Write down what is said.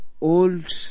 old